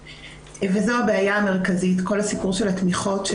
וזו הבעיה המרכזית, כל הסיפור של התמיכות.